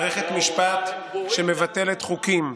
מערכת משפט שמבטלת חוקים,